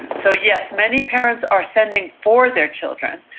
so yes, many parents are sending for their children,